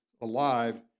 alive